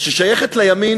ששייכת לימין,